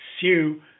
sue